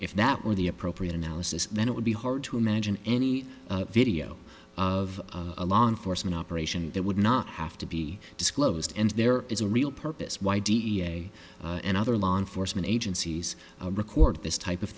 if that were the appropriate analysis then it would be hard to imagine any video of a law enforcement operation that would not have to be disclosed and there is a real purpose why d n a and other law enforcement agencies record this type of